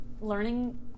learning